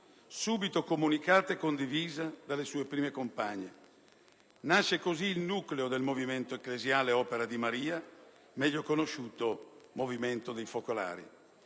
subito comunicata e condivisa dalle sue prime compagne. Nasce così il nucleo del movimento ecclesiale "Opera di Maria", meglio conosciuto come Movimento dei focolari,